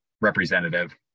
representative